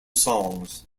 songs